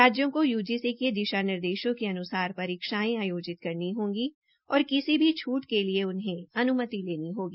राजयों को यूजीसी ने दिशा निर्देशों के अन्सार परीक्षायें आयोजित करनी होगी और किसी भी छूट के लिए उन्हे अन्मति लेनी होगी